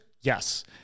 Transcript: Yes